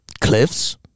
Cliffs